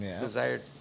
Desired